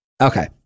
Okay